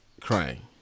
crying